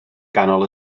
ganol